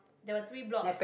there were three blocks